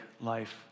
life